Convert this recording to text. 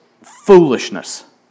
foolishness